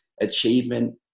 achievement